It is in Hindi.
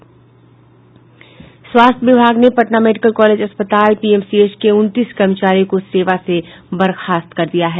स्वास्थ्य विभाग ने पटना मेडिकल कॉलेज अस्पताल पीएमसीएच के उनतीस कर्मचारियों को सेवा से बर्खास्त कर दिया है